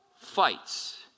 fights